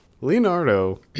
Leonardo